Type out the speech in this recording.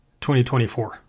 2024